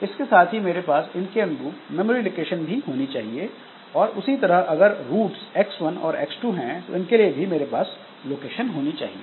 इसके साथ ही मेरे पास इन के अनुरूप मेमोरी लोकेशन होनी चाहिए और उसी तरह अगर रूट्स X1 और X2 हैं तो इनके लिए भी मेरे पास लोकेशन होनी चाहिए